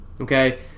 okay